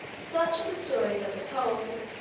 such are the stories that are told.